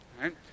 right